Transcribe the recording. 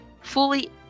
fully